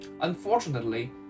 Unfortunately